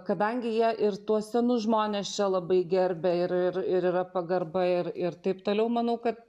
kadangi jie ir tuos senus žmones čia labai gerbia ir ir yra pagarba ir ir taip toliau manau kad